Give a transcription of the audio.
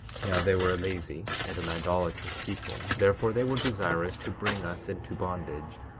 now they were a lazy and an idolatrous people therefore they were desirous to bring us into bondage,